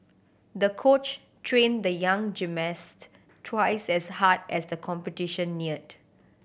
the coach trained the young gymnast twice as hard as the competition neared